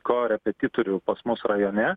korepetitorių pas mus rajone